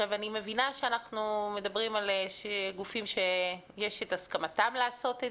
אני מבינה שאנחנו מדברים על גופים שיש את הסכמתם לעשות את